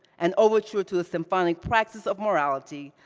an overture to the symphonic practice of morality,